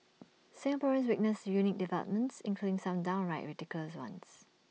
Singaporeans witnessed unique developments including some downright ridiculous ones